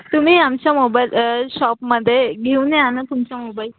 तुम्ही आमच्या मोबाईल शॉपमध्ये घेऊन या ना तुमचा मोबाईल